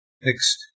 Next